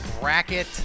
bracket